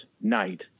night